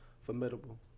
formidable